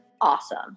awesome